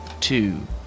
two